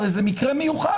הרי זה מקרה מיוחד.